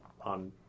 on